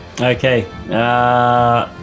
Okay